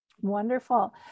Wonderful